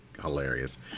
hilarious